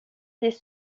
des